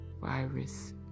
virus